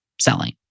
Selling